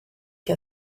que